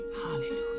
Hallelujah